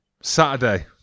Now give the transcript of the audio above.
Saturday